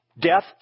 death